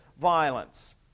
violence